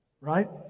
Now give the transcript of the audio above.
right